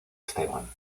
esteban